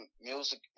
music